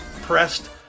pressed